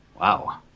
Wow